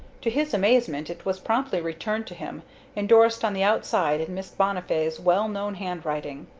to his amazement it was promptly returned to him, endorsed on the outside in miss bonnifay's well-known handwriting.